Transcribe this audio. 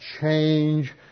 change